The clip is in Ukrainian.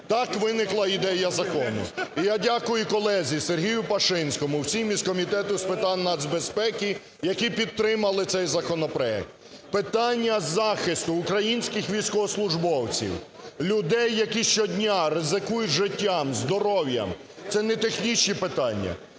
так виникла ідея закону. І я дякую колезі Сергію Пашинському, всім із Комітету з питань нацбезпеки, які підтримали цей законопроект. Питання захисту українських військовослужбовців, людей, які щодня ризикують життям, здоров'ям – це не технічні питання,